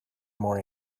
more